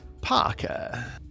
Parker